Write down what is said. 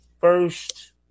first